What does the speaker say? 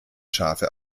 schafe